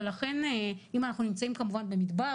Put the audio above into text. אם אנחנו נמצאים כמובן במדבר,